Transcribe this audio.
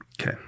Okay